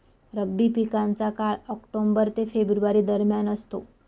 रब्बी पिकांचा काळ ऑक्टोबर ते फेब्रुवारी दरम्यान असतो